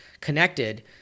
connected